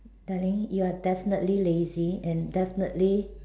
darling you are definitely lazy and definitely